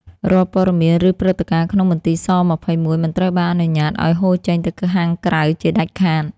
រាល់ព័ត៌មាន ឬព្រឹត្តិការណ៍ក្នុងមន្ទីរស-២១ មិនត្រូវបានអនុញ្ញាតឱ្យហូរចេញទៅខាងក្រៅជាដាច់ខាត។